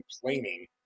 complaining